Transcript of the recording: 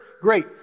Great